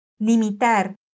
Limitar